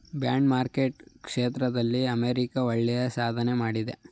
bond market ಕ್ಷೇತ್ರದಲ್ಲಿ America ಒಳ್ಳೆಯ ಸಾಧನೆ ಮಾಡಿದೆ